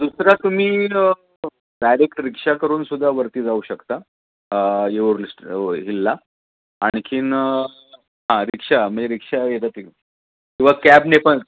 दुसरा तुम्ही direct rickshaw करूनसुद्धा वरती जाऊ शकता येऊर हिल्स हिल्ला आणखीन हां रिक्षा म्हणजे रिक्षा येतात किंवा कॅबने पण